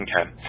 Okay